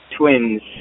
twins